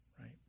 right